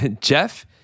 Jeff